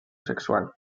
sexual